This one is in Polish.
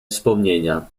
wspomnienia